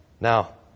Now